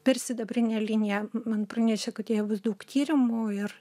per sidabrinę liniją man pranešė kad jai bus daug tyrimų ir